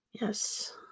Yes